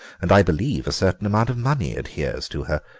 and i believe a certain amount of money adheres to her.